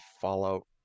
Fallout